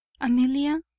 Amelia